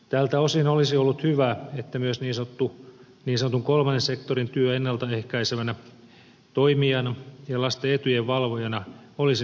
tältä osin olisi ollut hyvä että myös niin sanotun kolmannen sektorin työ ennalta ehkäisevänä toimijana ja lasten etujen valvojana olisi noussut esille